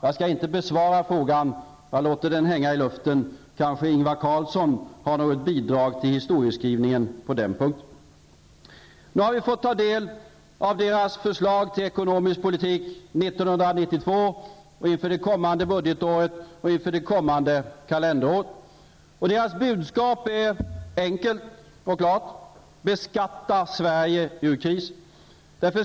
Jag skall inte besvara frågan. Jag låter den hänga i luften. Kanske Ingvar Carlsson har något bidrag till historiebeskrivningen på den punkten. Nu har vi fått del av socialdemokraternas förslag till ekonomisk politik 1992, inför det kommande budgetåret och inför det kommande kalenderåret. Deras budskap är enkelt och klart: Beskatta Sverige ur krisen!